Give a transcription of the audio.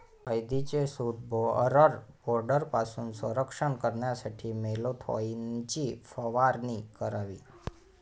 हळदीचे shoot borer बोर्डपासून संरक्षण करण्यासाठी मॅलाथोईनची फवारणी करावी